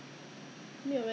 I prefer work from home leh